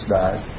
died